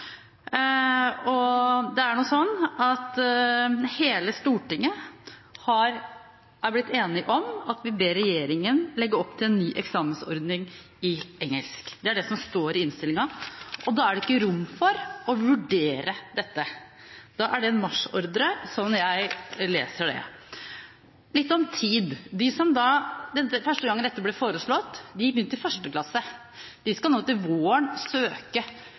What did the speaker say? og til slutt trekker man en konklusjon. Og hele Stortinget er blitt enige om at vi ber regjeringen legge opp til «en ny eksamensordning for engelsk». Det er det som står i innstillingen, og da er det ikke rom for å vurdere dette. Da er det en marsjordre, sånn jeg leser det. Litt om tid: De som første gang dette ble foreslått, begynte i 1. klasse, skal nå til våren søke